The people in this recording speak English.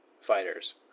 fighters